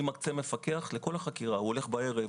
אני מקצה מפקח לכל החקירה הוא הולך בערב,